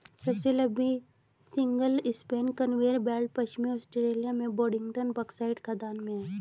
सबसे लंबी single span conveyor belt पश्चिमी ऑस्ट्रेलिया में बोडिंगटन बॉक्साइट खदान में है